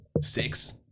Six